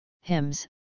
hymns